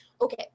Okay